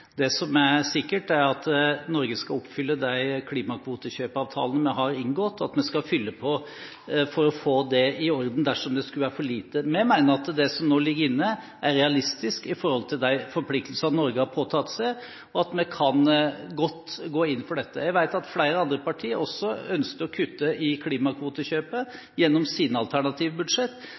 Det som er sikkert, er at Norge skal oppfylle de klimakvotekjøpeavtalene vi har inngått, og vi skal fylle på for å få det i orden dersom det skulle være for lite. Vi mener at det som nå ligger inne, er realistisk sett i forhold til de forpliktelsene Norge har påtatt seg. Vi kan godt gå inn for dette. Vi vet at flere andre partier også ønsker å kutte i klimakvotekjøpet gjennom sine alternative